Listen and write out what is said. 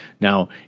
Now